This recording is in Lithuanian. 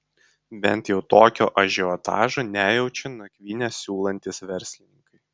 bent jau tokio ažiotažo nejaučia nakvynę siūlantys verslininkai